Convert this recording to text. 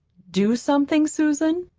do something, susan?